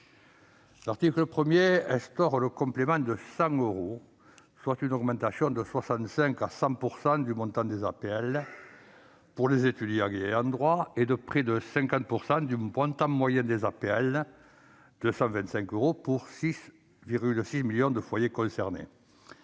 L'article 1 instaure le complément de 100 euros, soit une augmentation de 65 % à 100 % du montant des APL pour les étudiants y ayant droit et de près de 50 % du montant moyen des APL, soit 225 euros, pour 6,6 millions de foyers concernés.